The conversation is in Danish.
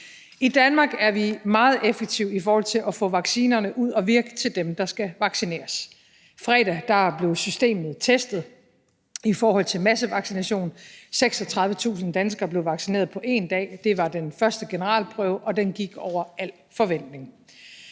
I Danmark er vi meget effektive i forhold til at få vaccinerne ud at virke hos dem, der skal vaccineres. Fredag blev systemet testet i forhold til massevaccination. 36.000 danskere blev vaccineret på en dag. Det var den første generalprøve, og den gik over al forventning.